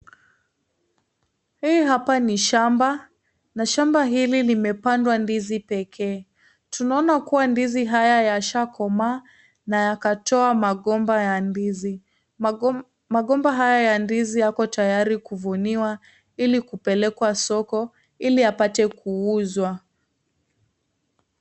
Hapa ni shamba, na shamba hili limepandwa ndizi pekee tunaona kuwa ndizi haya yasha komaa na yakatoa magomba ya ndizi. magomba haya ya ndizi yako tayari kuvuniwa ili kupelekwa soko ili yapate kuuzwa.